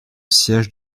siège